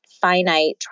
finite